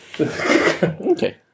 Okay